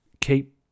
keep